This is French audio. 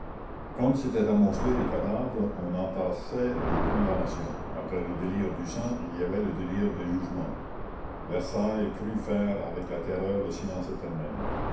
comme s'étaient amoncelés les cadavres on entassait les condamnations après le délire du sang il y avait le délire des jugements versailles crut faire avec la terreur le silence éternel